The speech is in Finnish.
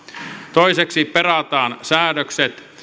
toiseksi perataan säädökset